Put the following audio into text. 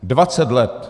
Dvacet let.